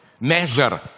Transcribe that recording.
measure